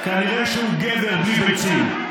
כנראה שהוא גבר בלי ביצים.